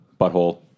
butthole